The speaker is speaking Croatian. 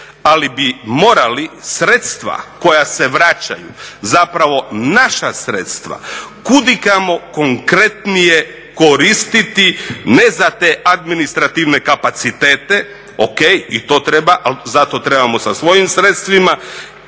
ali bi morali sredstva koja se vraćaju zapravo naša sredstva kud i kamo konkretnije koristiti ne za te administrativne kapacitete. O.k. i to treba, ali za to trebamo sa svojim sredstvima